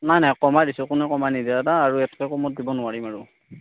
নাই নাই কমাই দিছোঁ কোনোৱে কমাই নিদিয়ে আৰু ইয়াতকৈ কমত দিব নোৱাৰিম আৰু